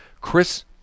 Chris